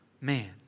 man